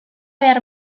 behar